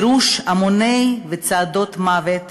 גירוש המוני בצעדות מוות,